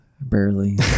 Barely